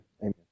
Amen